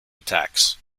attacks